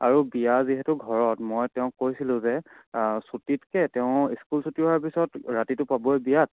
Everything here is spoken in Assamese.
আৰু বিয়া যিহেতু ঘৰত মই তেওঁক কৈছিলো যে ছুটীতকৈ তেওঁ ইস্কুল ছুটী হোৱাৰ পিছত ৰাতিটো পাবই বিয়াত